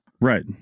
Right